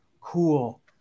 cool